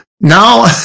Now